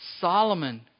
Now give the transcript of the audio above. Solomon